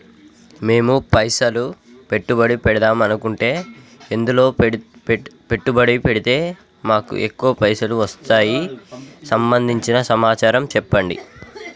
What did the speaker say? మేము పైసలు పెట్టుబడి పెడదాం అనుకుంటే ఎందులో పెట్టుబడి పెడితే మాకు ఎక్కువ పైసలు వస్తాయి సంబంధించిన సమాచారం చెప్పండి?